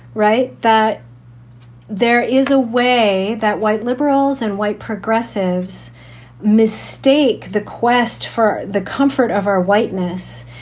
right, that there is a way that white liberals and white progressives mistake the quest for the comfort of our whiteness.